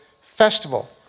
festival